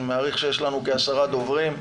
אני מעריך שיש לנו כעשרה דוברים.